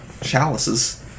chalices